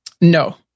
no